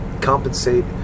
compensate